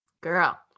Girl